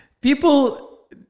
people